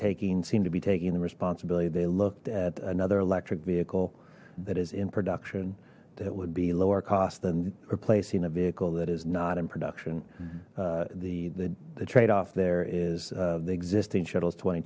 taking seem to be taking the responsibility they looked at another electric vehicle that is in production that would be lower cost than replacing a vehicle that is not in production the the trade off there is of the existing shuttles twenty